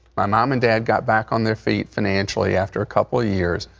my mom and dad got back on their feet financially after a couple of years.